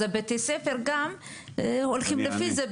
אז בתי הספר הולכים גם לפי זה.